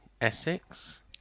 Essex